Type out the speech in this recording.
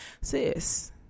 sis